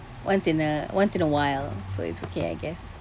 once in a once in a while so it's okay I guess